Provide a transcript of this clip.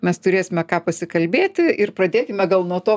mes turėsime ką pasikalbėti ir pradėkime gal nuo to